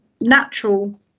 natural